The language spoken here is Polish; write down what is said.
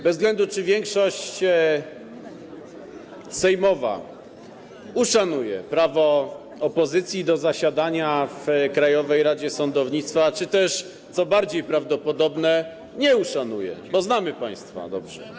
Bez względu na to, czy większość sejmowa uszanuje prawo opozycji do zasiadania w Krajowej Radzie Sądownictwa czy też, co bardziej prawdopodobne, nie uszanuje, bo znamy państwa dobrze.